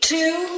two